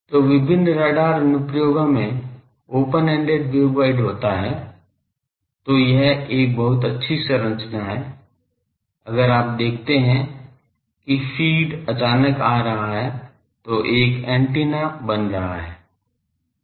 तो विभिन्न रडार अनुप्रयोगों में ओपन एंडेड वेवगाइड होता है तो यह एक बहुत अच्छी संरचना है अगर आप देखते हैं कि फ़ीड अचानक आ रहा है जो एक एंटीना बन रहा है